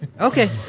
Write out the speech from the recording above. Okay